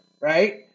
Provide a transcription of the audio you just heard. Right